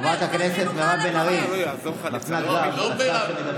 חברת הכנסת מירב בן ארי, את מפנה גב לשר שמדבר.